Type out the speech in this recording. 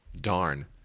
Darn